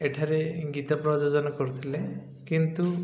ଏଠାରେ ଗୀତ ପ୍ରଯୋଜନ କରୁଥିଲେ କିନ୍ତୁ